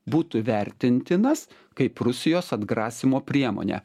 būtų vertintinas kaip rusijos atgrasymo priemonę